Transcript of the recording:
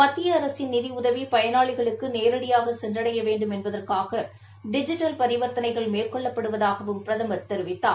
மத்திய அரசின் நிதியுதவி பயனாளிகளுக்கு நேரடியாக சென்றடைய வேண்டும் என்பதற்காக டிஜிட்டல் பரிவர்த்தனைகள் மேற்கொள்ளப்படுவதாகவும் பிரதமர் தெரிவித்தார்